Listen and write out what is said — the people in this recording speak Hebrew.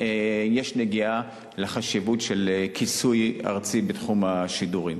יש נגיעה בחשיבות של כיסוי ארצי בתחום השידורים.